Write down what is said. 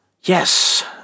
Yes